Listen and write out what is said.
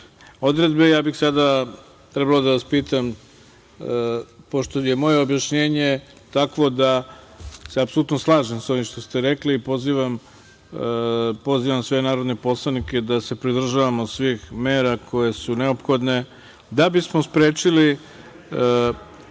odredbe, ja bih sada trebalo da vas pitam, pošto je moje objašnjenje takvo da se apsolutno slažem sa ovim što ste rekli, pozivam sve narodne poslanike da se pridržavamo svih mera koje su neophodne da bismo sprečili